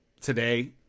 today